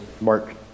Mark